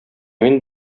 мин